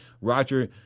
Roger